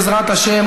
בעזרת השם,